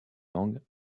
langues